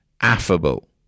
affable